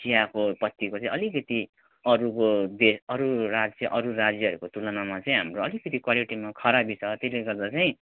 चियाको पत्तिको चाहिँ अलिकति अरूको देश अरू राज्य अरू राज्यहरूको तुलनामा चाहिँ हाम्रो अलिकति क्वालिटिमा खराबी छ त्यसले गर्दा चाहिँ